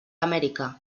amèrica